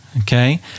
okay